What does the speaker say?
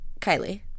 kylie